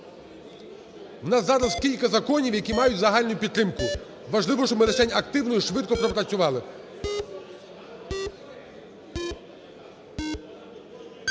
У нас кілька законів, які мають загальну підтримку, важливо, щоб ми лишень активно і швидко пропрацювали.